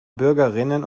bürgerinnen